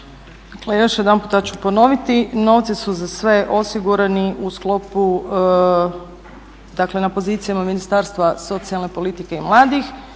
Pa još jedanputa ću ponoviti novci su za sve osigurani u sklopu, dakle na pozicijama Ministarstva socijalne politike i mladih.